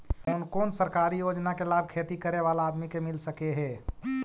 कोन कोन सरकारी योजना के लाभ खेती करे बाला आदमी के मिल सके हे?